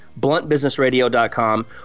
BluntBusinessRadio.com